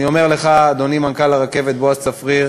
אני אומר לך, אדוני מנכ"ל הרכבת בועז צפריר,